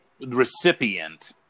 recipient